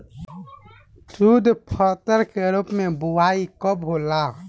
शुद्धफसल के रूप में बुआई कब तक होला?